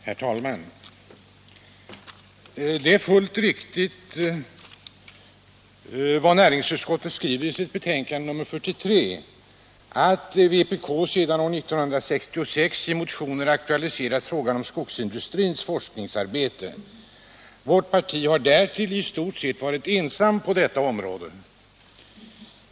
Herr talman! Det är fullt riktigt vad näringsutskottet skriver i sitt betänkande nr 43, att vpk alltsedan år 1966 i motioner aktualiserat frågan om skogsindustrins forskningsarbete. Vårt parti har därtill i stort sett varit ensamt på detta område.